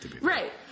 right